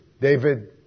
David